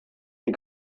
die